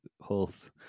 holes